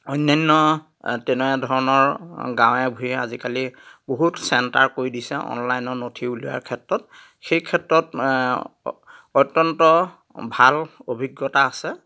অন্যান্য তেনেধৰণৰ গাঁৱে ভূঞে আজিকালি বহুত চেণ্টাৰ কৰি দিছে অনলাইনৰ নথি উলিওৱাৰ ক্ষেত্ৰত সেই ক্ষেত্ৰত অত্যন্ত ভাল অভিজ্ঞতা আছে